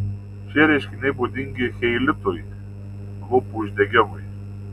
šie reiškiniai būdingi cheilitui lūpų uždegimui